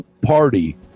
party